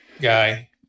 guy